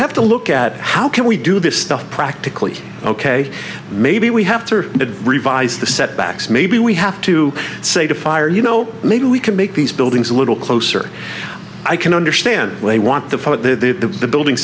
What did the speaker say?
have to look at how can we do this stuff practically ok maybe we have to revise the setbacks maybe we have to say to fire you know maybe we can make these buildings a little closer i can understand why they want the foot to the building